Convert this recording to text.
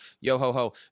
yo-ho-ho